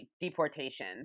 deportation